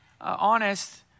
honest